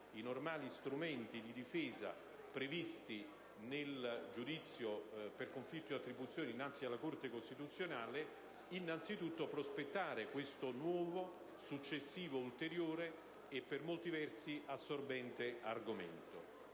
dei normali strumenti di difesa previsti nel giudizio per conflitto di attribuzione dinanzi alla Corte costituzionale, innanzitutto prospettare questo nuovo, successivo, ulteriore e, per molti versi assorbente, argomento.